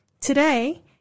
Today